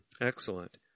Excellent